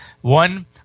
One